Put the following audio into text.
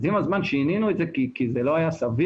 עם הזמן שינינו את זה כי זה לא היה סביר